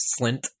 Slint